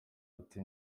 ati